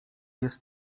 jest